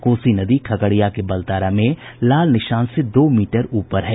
कोसी नदी खगड़िया के बलतारा में लाल निशान से दो मीटर ऊपर है